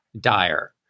dire